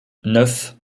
neuf